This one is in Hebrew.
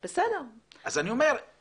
אז אני אומר,